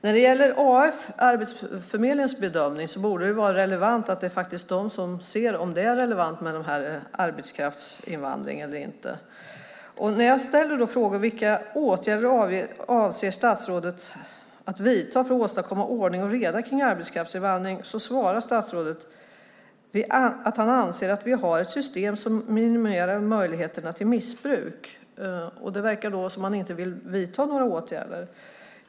När det gäller Arbetsförmedlingens bedömning borde det vara intressant att det faktiskt är de som ser om det är relevant med den här arbetskraftsinvandringen eller inte. Jag har frågat: Vilka åtgärder avser statsrådet att vidta för att åstadkomma ordning och reda kring arbetskraftsinvandring? Då svarar statsrådet att han anser att vi har ett "system som minimerar möjligheterna till missbruk". Det verkar som om han inte vill vidta några åtgärder.